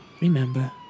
Remember